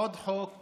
עוד חוק